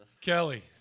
Kelly